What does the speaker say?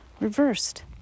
reversed